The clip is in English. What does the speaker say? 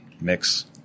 Mix